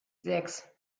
sechs